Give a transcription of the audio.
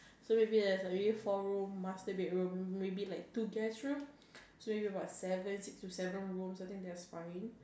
so maybe there's a maybe four room master bed room maybe like two guest room so you have about seven six to seven rooms so I think that's fine